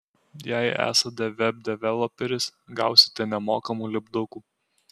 jei esate web developeris gausite nemokamų lipdukų